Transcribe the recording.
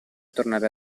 tornare